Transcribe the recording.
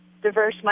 diverse